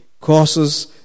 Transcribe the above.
Causes